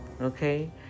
Okay